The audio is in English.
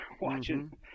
watching